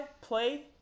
play